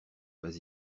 pas